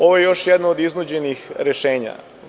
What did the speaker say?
Ovo je još jedno od iznuđenih rešenja.